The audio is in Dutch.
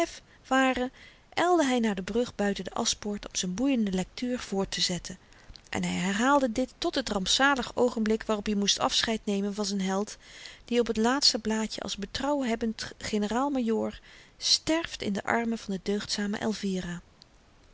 ylde hy naar de brug buiten de aschpoort om z'n boeiende lektuur voorttezetten en hy herhaalde dit tot het rampzalig oogenblik waarop i moest afscheid nemen van z'n held die op t laatste blaadje als berouwhebbend generaal-majoor sterft in de armen van de deugdzame